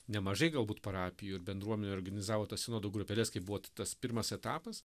nemažai galbūt parapijų ir bendruomenių organizavo tas sinodo grupeles kaip buvo tas pirmas etapas